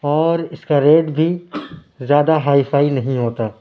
اور اِس کا ریٹ بھی زیادہ ہائی فائی نہیں ہوتا